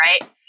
right